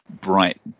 bright